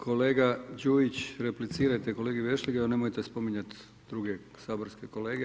Kolega Đujić, replicirajte kolegi Vešligaju, a nemojte spominjat druge saborske kolege.